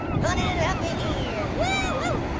punning it up in here whoo!